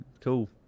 Cool